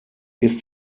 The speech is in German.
ist